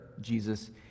Jesus